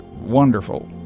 wonderful